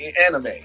anime